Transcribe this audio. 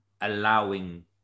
allowing